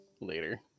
Later